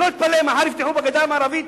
אני לא אתפלא אם מחר יפתחו בגדה המערבית